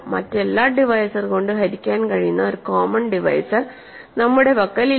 മറ്റെല്ലാ ഡിവൈസർ കൊണ്ട് ഹരിക്കാൻ കഴിയുന്ന ഒരു കോമൺ ഡിവൈസർ നമ്മുടെ പക്കലില്ല